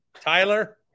Tyler